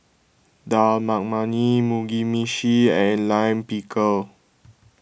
Dal Makhani Mugi Meshi and Lime Pickle